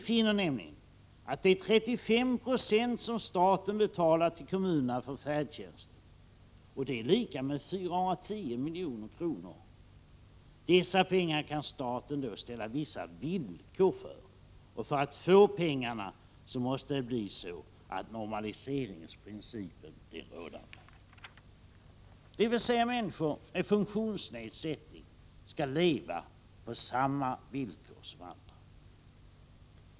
Vi finner nämligen att för de 35 26 som staten betalar till kommunerna för färdtjänsten — och det är 410 milj.kr. — kan staten ställa vissa villkor. För att kommunerna skall få dessa pengar måste normaliseringsprincipen bli rådande, dvs. människor med funktionsnedsättning skall leva på samma villkor som andra.